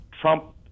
Trump